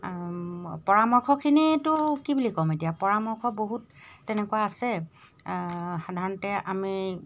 পৰামৰ্শখিনিতো কি বুলি ক'ম এতিয়া পৰামৰ্শ বহুত তেনেকুৱা আছে সাধাৰণতে আমি